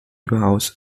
überaus